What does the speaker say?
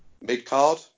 mid-card